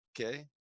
okay